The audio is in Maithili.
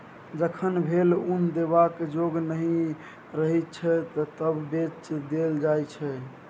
जखन भेरा उन देबाक जोग नहि रहय छै तए बेच देल जाइ छै